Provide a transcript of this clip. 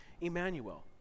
Emmanuel